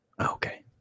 Okay